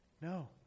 No